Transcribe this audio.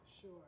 Sure